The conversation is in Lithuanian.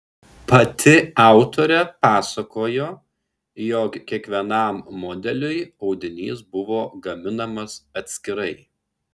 pati autorė pasakojo jog kiekvienam modeliui audinys buvo gaminamas atskirai